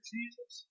Jesus